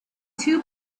too